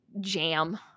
Jam